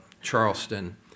Charleston